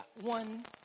one